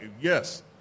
Yes